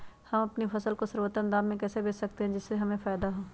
हम अपनी फसल को सर्वोत्तम दाम में कैसे बेच सकते हैं जिससे हमें फायदा हो?